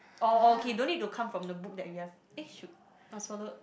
oh oh okay don't need to come from the book that you have eh should must follow